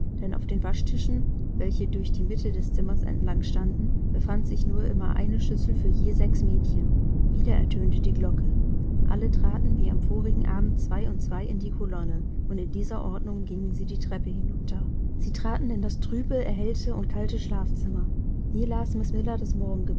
denn auf den waschtischen welche durch die mitte des zimmers entlang standen befand sich nur immer eine schüssel für je sechs mädchen wieder ertönte die glocke alle traten wie am vorigen abend zwei und zwei in die kolonne und in dieser ordnung gingen sie die treppe hinunter sie traten in das trübe erhellte und kalte schulzimmer hier